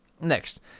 Next